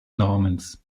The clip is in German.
namens